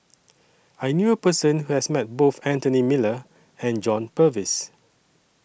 I knew A Person Who has Met Both Anthony Miller and John Purvis